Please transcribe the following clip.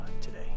today